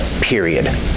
Period